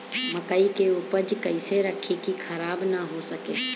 मकई के उपज कइसे रखी की खराब न हो सके?